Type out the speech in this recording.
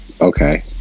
Okay